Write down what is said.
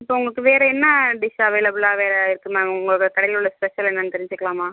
இப்போ உங்களுக்கு வேறு என்ன டிஷ் அவைலபில்லாக வேறு இருக்கு நான் உங்களுது கடையில உள்ள ஸ்பெஷல் என்னான்னு தெரிஞ்சிக்கலாமா